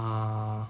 uh